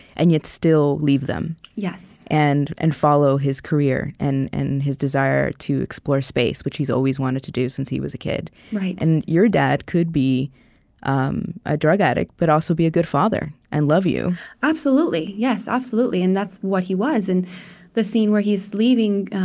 and yet, still leave them and follow follow his career and and his desire to explore space, which he's always wanted to do since he was a kid right and your dad could be um a drug addict, but also be a good father and love you absolutely, yes. absolutely, and that's what he was. and the scene where he's leaving